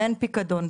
ואין פיקדון.